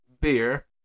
beer